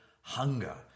hunger